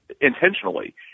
intentionally